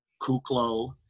Kuklo